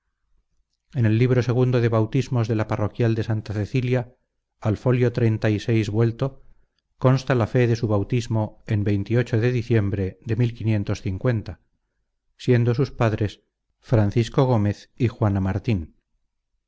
en el libro ii de bautismos de la parroquial de santa cecilia al folio vuelto consta la fe de su bautismo en de diciembre de siendo sus padres francisco gómez y juana martín